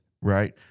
right